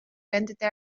beendete